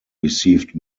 received